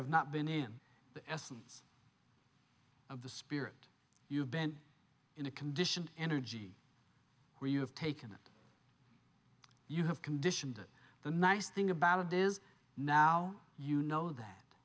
have not been in the essence of the spirit you have been in a condition energy where you have taken it you have conditioned it the nice thing about of this is now you know that